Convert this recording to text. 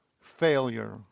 failure